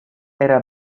era